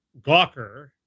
Gawker